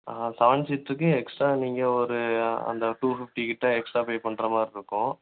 seven சீட்டுக்கும் extra நீங்கள் ஒரு அந்த டூ ஃபிஃப்ட்டி கிட்டே எக்ஸ்ட்ரா பே பண்ணுற மாதிரி இருக்கும்